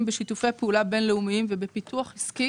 בשיתופי פעולה בין לאומיים ובפיתוח עסקי